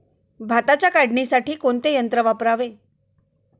भाताच्या काढणीसाठी कोणते यंत्र वापरावे?